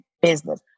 business